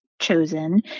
chosen